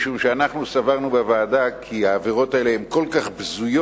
משום שאנחנו בוועדה סברנו כי העבירות האלה הן כל כך בזויות,